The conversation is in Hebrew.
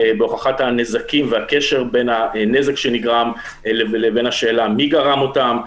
בהוכחת הנזקים והקשר בין הנזק שנגרם לבין השאלה מי גרם אותם.